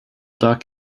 duck